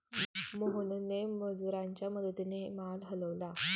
मोहनने मजुरांच्या मदतीने माल हलवला